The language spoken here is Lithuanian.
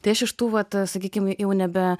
tai aš iš tų vat sakykim jau nebe